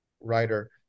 writer